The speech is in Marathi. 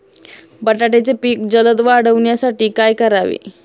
बटाट्याचे पीक जलद वाढवण्यासाठी काय करावे?